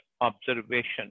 observation